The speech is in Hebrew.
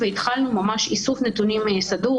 ציטטנו את זה גם בחוות דעת שהעברנו במסגרת תקנות הגבלות היציאה.